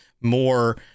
more